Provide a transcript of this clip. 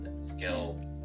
skill